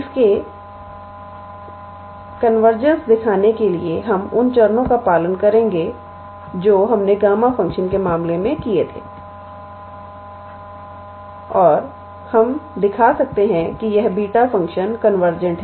अब इसकी कन्वर्जेंसदिखाने के लिए हम उन चरणों का पालन करेंगे जो हमने गामा फ़ंक्शन के मामले में किए थे और हम दिखा सकते हैं कि यह बीटा फ़ंक्शन कन्वर्जेंट है